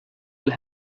will